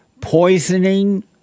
poisoning